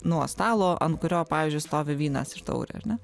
nuo stalo ant kurio pavyzdžiui stovi vynas ir taurė ar ne